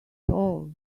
all